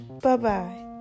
Bye-bye